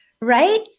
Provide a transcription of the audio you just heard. right